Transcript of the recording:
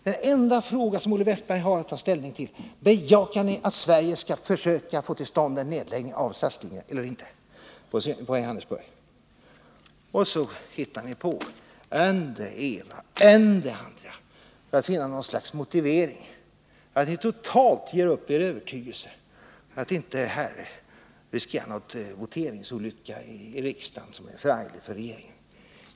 Den enda fråga som Olle Wästberg nu har att ta ställning till är: Bejakar ni att Sverige skall försöka få till stånd en nedläggning av SAS-linjen på Johannesburg eller inte? Och då hittar ni på än det ena, än det andra för att finna någon motivering för att ni totalt ger upp er övertygelse för att inte riskera någon voteringsolycka i riksdagen som är förarglig för regeringen.